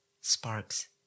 sparks